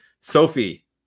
Sophie